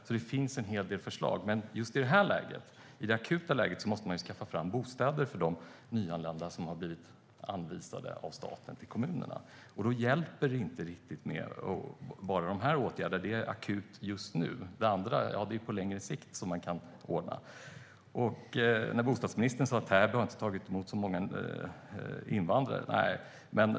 Det finns alltså en hel del förslag, men just i det här läget - i det akuta läget - måste man ju skaffa fram bostäder till de nyanlända som staten har anvisat till kommunerna. Då hjälper det inte riktigt med bara sådana åtgärder. Det är akut just nu. Det andra är sådant man kan ordna på längre sikt. Bostadsministern sa att Täby inte har tagit emot så många invandrare.